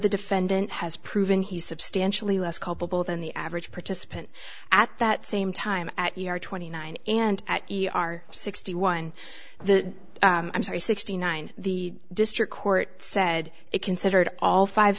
the defendant has proven he's substantially less culpable than the average participant at that same time at year twenty nine and e r sixty one the i'm sorry sixty nine the district court said it considered all five